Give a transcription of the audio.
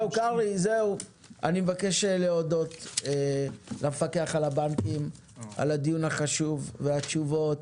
אני מבקש להודות למפקח על הבנקים על הדיון החשוב והתשובות